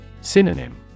Synonym